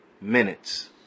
minutes